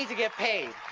get paid.